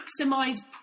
maximize